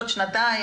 עוד שנתיים,